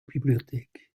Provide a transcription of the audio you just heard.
bibliothek